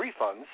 refunds